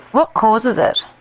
what causes it?